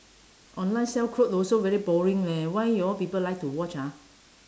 online sell clothes also very boring leh why you all people like to watch ah